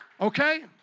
Okay